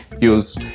use